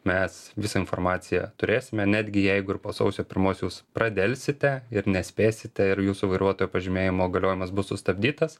mes visą informaciją turėsime netgi jeigu po sausio pirmos jūs pradelsite ir nespėsite ir jūsų vairuotojo pažymėjimo galiojimas bus sustabdytas